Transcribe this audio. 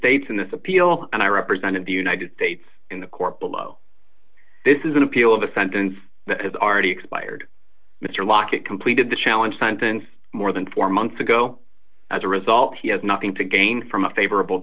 states in this appeal and i represented the united states in the court below this is an appeal of a sentence that has already expired mr lockett completed the challenge sentence more than four months ago as a result he has nothing to gain from a favorable